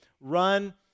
run